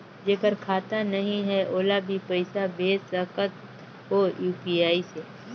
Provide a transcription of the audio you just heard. जेकर खाता नहीं है ओला भी पइसा भेज सकत हो यू.पी.आई से?